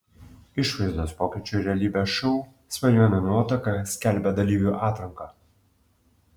išvaizdos pokyčių realybės šou svajonių nuotaka skelbia dalyvių atranką